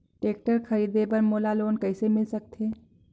Tractor खरीदे बर मोला लोन कइसे मिल सकथे?